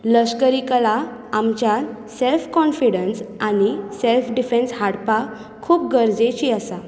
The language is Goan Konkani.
लश्करी कला आमच्यान सॅल्फ कॉनफिडन्स आनी सॅल्फ डिफॅन्स हाडपाक खूब गरजेची आसा